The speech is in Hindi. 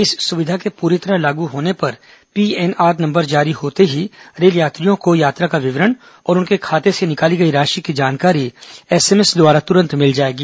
इस सुविधा के पूरी तरह लागू होने पर पीएनआर नंबर जारी होते ही रेल यात्रियों को यात्रा का विवरण और उनके खाते से निकाली गई राशि की जानकारी एसएमएस द्वारा तुरंत मिल जाएगी